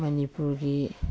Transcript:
ꯃꯅꯤꯄꯨꯔꯒꯤ